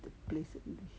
the places